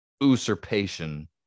usurpation